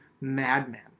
madman